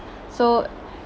so